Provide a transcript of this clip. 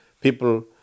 people